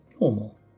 normal